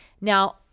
Now